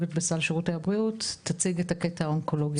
לטכנולוגיות בסל שירותי הבריאות תציג את הקטע האונקולוגי.